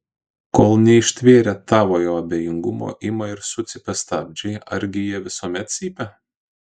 kol neištvėrę tavojo abejingumo ima ir sucypia stabdžiai argi jie visuomet cypia